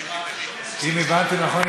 אם הבנתי נכון,